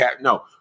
No